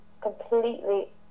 completely